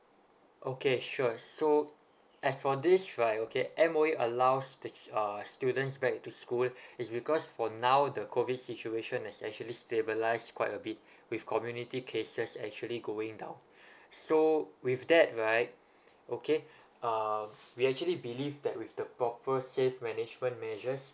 okay sure so as for this right okay M_O_E allows the uh students back to school it's because for now the COVID situation is actually stabilised quite a bit with community cases actually going down so with that right okay uh we actually believe that with the proper safe management measures